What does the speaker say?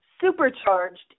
supercharged